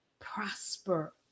prosper